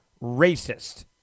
racist